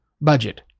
budget